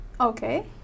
Okay